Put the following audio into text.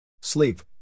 Sleep